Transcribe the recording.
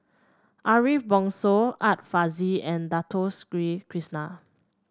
Ariff Bongso Art Fazil and Dato Krishna